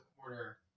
quarter